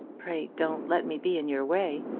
pray don't let me be in your way.